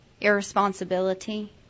irresponsibility